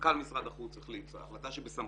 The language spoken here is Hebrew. ומנכ"ל משרד החוץ החליט החלטה שבסמכותו.